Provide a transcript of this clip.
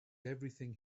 everything